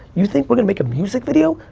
you think we're gonna make a music video?